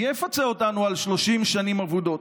מי יפצה אותנו על 30 שנים אבודות?